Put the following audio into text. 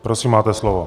Prosím, máte slovo.